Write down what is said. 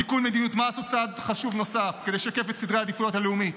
תיקון מדיניות מס הוא צעד חשוב נוסף כדי לשקף את סדר העדיפות הלאומי.